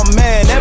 man